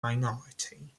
minority